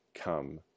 come